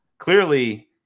Clearly